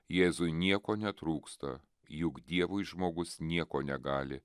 jėzui nieko netrūksta juk dievui žmogus nieko negali